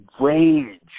rage